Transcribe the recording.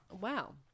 Wow